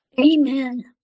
Amen